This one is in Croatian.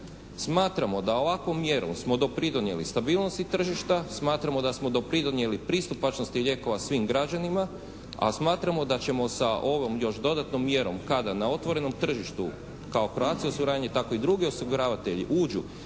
Smatramo da ovakvom mjerom smo dopridonijeli stabilnosti tržišta, smatramo da smo dopridonijeli pristupačnosti lijekova svim građanima, a smatramo da ćemo sa ovom još dodatnom mjerom kada na otvorenom tržištu kao "Croatia osiguranje" tako i drugi osiguravatelji uđu